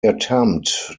attempt